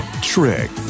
Trick